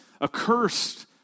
Accursed